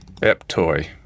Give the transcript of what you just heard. Eptoy